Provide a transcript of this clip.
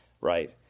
right